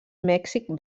mèxic